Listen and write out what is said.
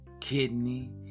kidney